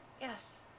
Yes